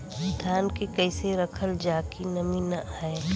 धान के कइसे रखल जाकि नमी न आए?